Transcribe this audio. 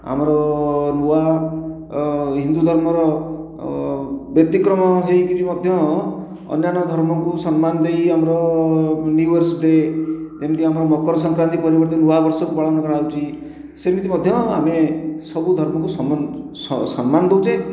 ଆମର ନୂଆ ହିନ୍ଦୁ ଧର୍ମର ବ୍ୟତିକ୍ରମ ହୋଇକରି ମଧ୍ୟ ଅନ୍ୟାନ୍ୟ ଧର୍ମକୁ ସମ୍ମାନ ଦେଇ ଆମ ନିୟୁଇୟର୍ସ ଡ଼େ' ଯେମିତି ଆମର ମକର ସଂକ୍ରାନ୍ତି ପର୍ବକୁ ନୂଆବର୍ଷକୁ ପାଳନ କରାଯାଉଛି ସେମିତି ମଧ୍ୟ ଆମେ ସବୁ ଧର୍ମକୁ ସମ୍ମାନ ଦେଉଛେ